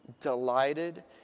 delighted